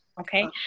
okay